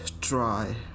try